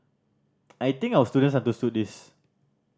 I think our students understood this